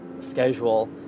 schedule